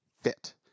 fit